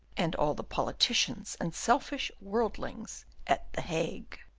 and all the politicians and selfish worldlings at the hague.